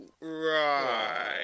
right